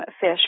fish